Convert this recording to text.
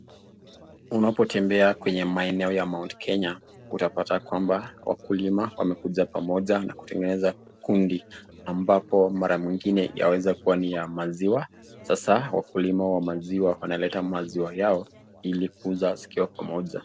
unapotembea kwenye maeneo ya mt kenya utapata kwamba wakulima wamekuja pamoja nakutengeneza kundi ambapo mara mwingine yawezakuwa niya waziwa sasa wakulima ya maziwa wanaleta maziwa yao ilikuuza zikiwa pamoja